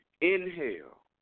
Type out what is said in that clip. inhale